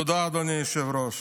תודה, אדוני היושב-ראש.